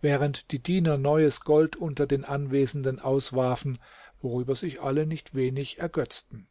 während die diener neues gold unter den anwesenden auswarfen worüber sich alle nicht wenig ergötzten